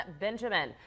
Benjamin